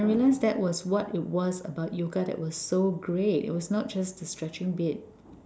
and I realize that was what it was about yoga that was so great it was not just the stretching bit